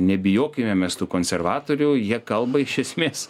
nebijokime mes tų konservatorių jie kalba iš esmės